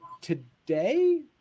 today